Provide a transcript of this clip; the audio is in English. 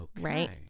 Right